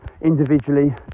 individually